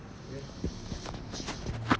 okay can